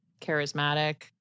charismatic